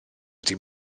wedi